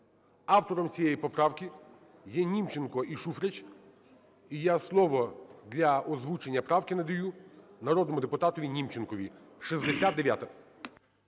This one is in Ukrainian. Автором цієї поправки є Німченко і Шуфрич. І я слово для озвучення правки надаю народному депутатові Німченкові. 69-а.